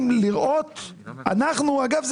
אגב,